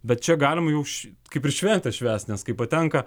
bet čia galima už kaip ir šventę švęst nes kai patenka